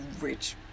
rich